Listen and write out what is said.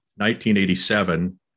1987